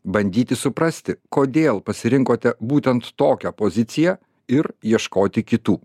bandyti suprasti kodėl pasirinkote būtent tokią poziciją ir ieškoti kitų